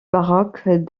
baroque